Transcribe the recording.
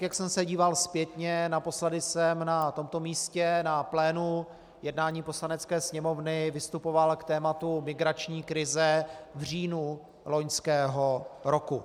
Jak jsem se díval zpětně, naposledy jsem na tomto místě, na plénu jednání Poslanecké sněmovny, vystupoval k tématu migrační krize v říjnu loňského roku.